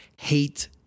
hate